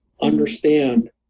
understand